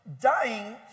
dying